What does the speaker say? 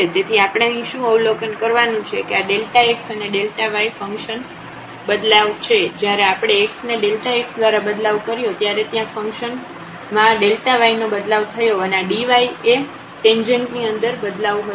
તેથી આપણે અહીં શું અવલોકન કરવાનું છે કે આ x અને y ફંકશન માં બદલાવ છે જ્યારે આપણે x ને x દ્વારા બદલાવ કર્યો ત્યારે ત્યાં ફંક્શન માં y નો બદલાવ થયો અને આ dy એ ટેંજેન્ટ ની અંદર બદલાવ હતો